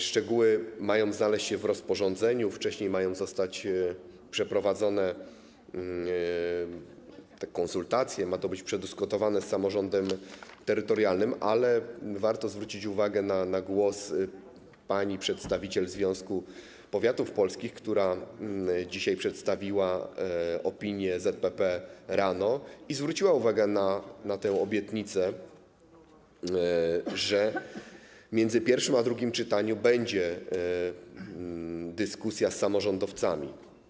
Szczegóły mają znaleźć się w rozporządzeniu, wcześniej mają zostać przeprowadzone konsultacje, ma to być przedyskutowane z samorządem terytorialnym, ale warto zwrócić uwagę na głos pani przedstawiciel Związku Powiatów Polskich, która dzisiaj rano przedstawiła opinię ZPP i zwróciła uwagę na tę obietnicę, że między pierwszym a drugim czytaniem będzie dyskusja z samorządowcami.